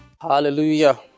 Hallelujah